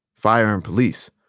fire and police.